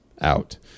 out